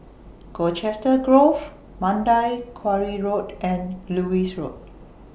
Colchester Grove Mandai Quarry Road and Lewis Road